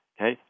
okay